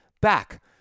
back